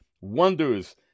wonders